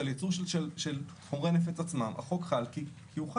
על ייצור של חומרי הנפץ עצמם החוק חל כי הוא חל,